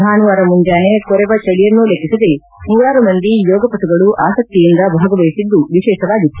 ಭಾನುವಾರು ಮುಂಜಾನೆ ಕೊರೆವ ಚಳಿಯನ್ನು ಲೆಕ್ಕಿಸದೆ ನೂರಾರು ಮಂದಿ ಯೋಗಪಟುಗಳು ಆಸಕ್ತಿಯಿಂದ ಭಾಗವಹಿಸಿದ್ದು ವಿಶೇಷವಾಗಿತ್ತು